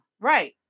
right